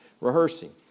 rehearsing